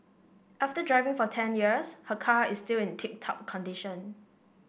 after driving for ten years her car is still in tip top condition